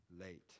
late